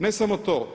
Ne samo to.